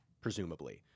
presumably